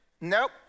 nope